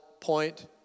point